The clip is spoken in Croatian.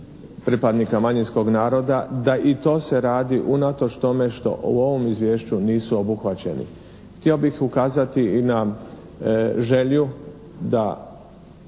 pripadnika manjinskog naroda da i to se radi unatoč tome što u ovom izvješću nisu obuhvaćeni. Htio bih ukazati i na želju da